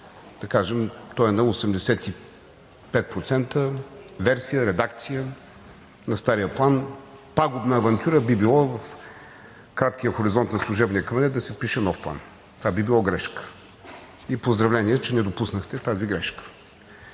той е на 85% версия, редакция на стария план. Пагубна авантюра би било в краткия хоризонт на служебния кабинет да се пише нов план. Това би било грешка и поздравления, че не допуснахте тази грешка!